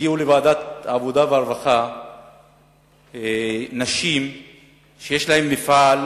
הגיעו לוועדת העבודה והרווחה נשים שיש להן מפעל,